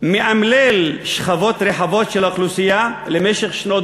מאמלל שכבות רחבות של האוכלוסייה למשך שנות